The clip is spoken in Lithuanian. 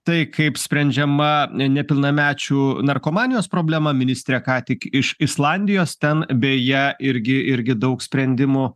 tai kaip sprendžiama nepilnamečių narkomanijos problema ministrė ką tik iš islandijos ten beje irgi irgi daug sprendimų